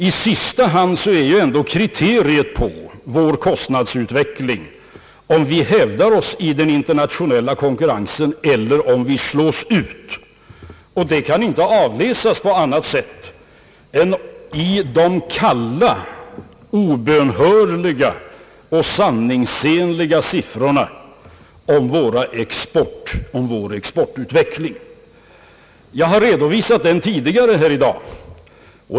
I sista hand är ändå kriteriet på vår kostnadsutveckling om vi hävdar oss i den internationella konkurrensen eller om vi slås ut. Det kan inte avläsas på annat sätt än av de kalla, obönhörliga och sanningsenliga siffrorna om vår exportutveckling, vilken jag redovisat tidigare i dag.